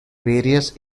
various